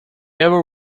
ever